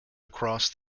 across